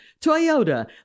Toyota